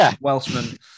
Welshman